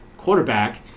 Quarterback